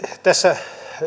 tässä